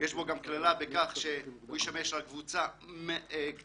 יש בו גם קללה בכך שהוא ישמש רק קבוצה קטנה